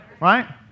Right